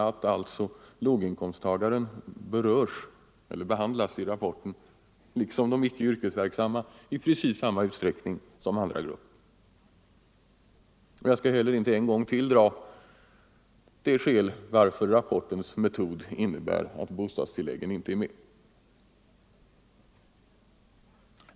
Låginkomsttagaren liksom de icke yrkesverksamma i rapporten behandlas i precis samma utsträckning som andra grupper. Jag skall inte heller en gång till upprepa skälen till att rapportens metod innebär att bostadstilläggen inte är medräknade.